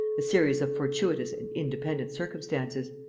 a series of fortuitous and independent circumstances.